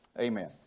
Amen